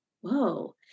Whoa